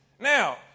Now